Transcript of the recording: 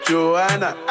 Joanna